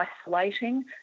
isolating